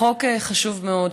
חוק חשוב מאוד,